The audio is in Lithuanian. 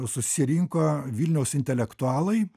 susirinko vilniaus intelektualai